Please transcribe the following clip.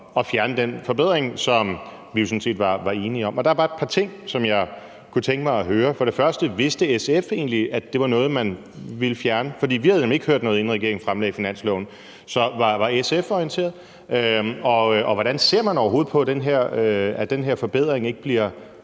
at fjerne den forbedring, som vi jo sådan set var enige om. Der var et par ting, som jeg kunne tænke mig at høre. Først vil jeg høre: Vidste SF egentlig, at det var noget, man ville fjerne? For vi havde nemlig ikke hørt noget, inden regeringen fremlagde finansloven. Så var SF orienteret, og hvordan ser man overhovedet på, at den her forbedring, som vi